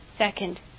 Second